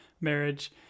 marriage